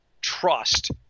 trust